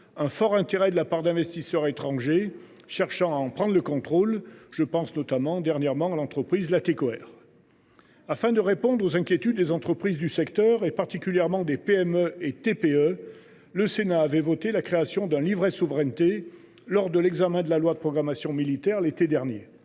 un fort intérêt de la part d’investisseurs étrangers qui cherchent à en prendre le contrôle. Je pense notamment à l’entreprise Latecoere dernièrement. Afin de répondre aux inquiétudes des entreprises du secteur et particulièrement des PME et TPE, le Sénat avait voté la création d’un livret souveraineté lors de l’examen de la loi de programmation militaire, l’été dernier.